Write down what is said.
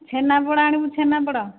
ଛେନାପୋଡ଼ ଆଣିବୁ ଛେନାପୋଡ଼